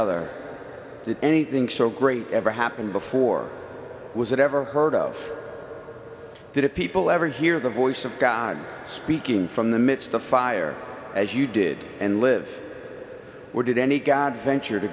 other to anything so great ever happened before was it ever heard of did it people ever hear the voice of god speaking from the midst of fire as you did and live where did any god venture to